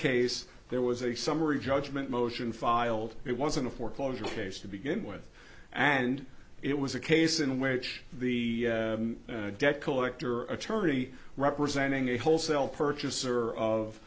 case there was a summary judgment motion filed it wasn't a foreclosure case to begin with and it was a case in which the debt collector attorney representing a wholesale purchaser of